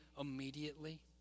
immediately